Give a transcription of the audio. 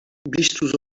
vistos